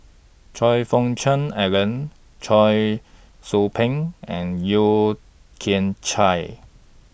Choe Fook Cheong Alan Cheong Soo Pieng and Yeo Kian Chye